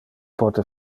pote